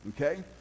okay